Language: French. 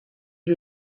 est